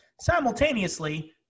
Simultaneously